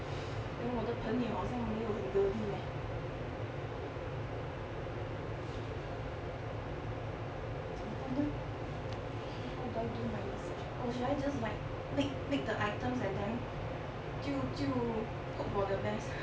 then 我我的朋友好像没有很多力 leh 怎么办呢 so how do I do my research or should I just like make make the items and then 就就 hope for the best